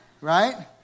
right